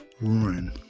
ruin